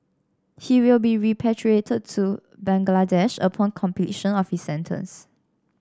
he will be repatriated to Bangladesh upon completion of his sentence